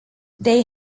they